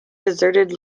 deserted